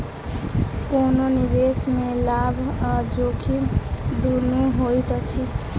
कोनो निवेश में लाभ आ जोखिम दुनू होइत अछि